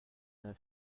der